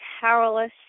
powerless